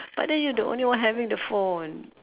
but then you the only one having the phone